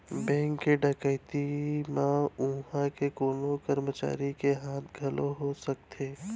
bank के डकैती म उहां के कोनो करमचारी के हाथ घलौ हो सकथे